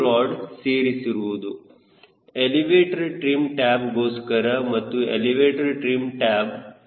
ಈ ರೋಡ್ ಸೇರಿಸಿರುವುದು elevator trim tab ಗೋಸ್ಕರ ಇದು ಎಲಿವೇಟರ್ ಟ್ರಿಮ್ ಟ್ಯಾಬ್